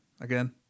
Again